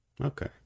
Okay